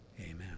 amen